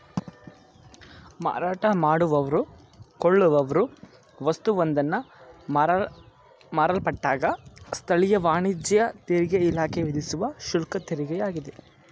ಮಾರಾಟ ಮಾಡುವವ್ರು ಕೊಳ್ಳುವವ್ರು ವಸ್ತುವೊಂದನ್ನ ಮಾರಲ್ಪಟ್ಟಾಗ ಸ್ಥಳೀಯ ವಾಣಿಜ್ಯ ತೆರಿಗೆಇಲಾಖೆ ವಿಧಿಸುವ ಶುಲ್ಕತೆರಿಗೆಯಾಗಿದೆ